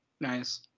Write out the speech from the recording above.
nice